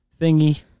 thingy